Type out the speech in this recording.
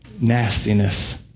nastiness